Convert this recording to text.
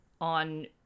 on